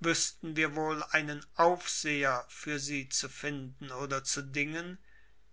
wüßten wir wohl einen aufseher für sie zu finden oder zu dingen